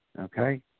Okay